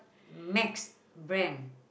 Macs brand